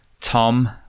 Tom